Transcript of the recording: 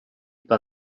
per